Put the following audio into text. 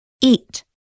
Eat